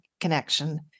connection